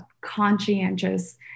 conscientious